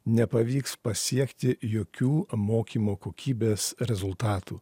nepavyks pasiekti jokių mokymo kokybės rezultatų